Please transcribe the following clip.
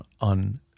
on